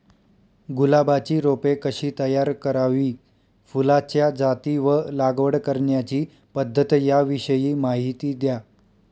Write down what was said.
गुलाबाची रोपे कशी तयार करावी? फुलाच्या जाती व लागवड करण्याची पद्धत याविषयी माहिती द्या